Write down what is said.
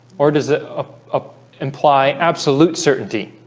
or does it ah ah imply absolute certainty